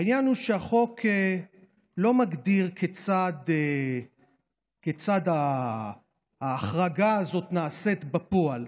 העניין הוא שהחוק לא מגדיר כיצד ההחרגה הזאת נעשית בפועל.